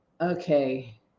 okay